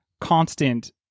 constant